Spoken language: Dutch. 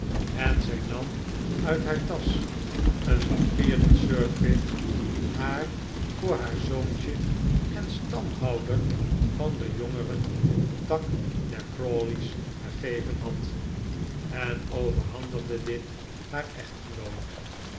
en zij nam uit haar tasch een papier dat sir pitt haar voor haar zoontje en stamhouder van den jongeren tak der crawley's gegeven had en overhandigde dit haar echtgenoot